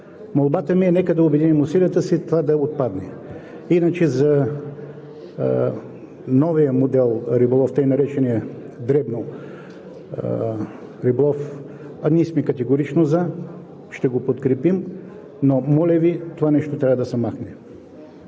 Молбата ми е: нека да обединим усилията си това да отпадне. Иначе за новия модел риболов, така наречения дребен риболов, ние сме категорично „за“, ще го подкрепим, но моля Ви, това нещо трябва да се махне.